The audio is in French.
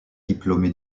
diplômé